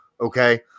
okay